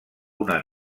una